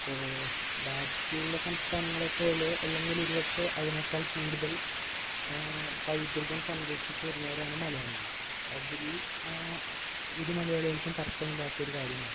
അപ്പോൾ ബാക്കിയുള്ള സംസ്ഥാനങ്ങളെപ്പോലെ അല്ലെങ്കില് ഒരു പക്ഷെ അതിനേക്കാള് കൂടുതല് പൈതൃകം സംരക്ഷിച്ച് വരുന്നവരാണ് മലയാളികള് അതില് ഒരു മലയാളികള്ക്കും തര്ക്കമില്ലാത്തൊരു കാര്യമാണ്